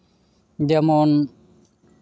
ᱡᱮᱢᱚᱱ